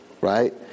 right